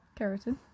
Keratin